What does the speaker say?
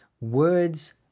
Words